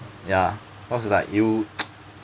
ya cause you like you